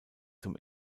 zum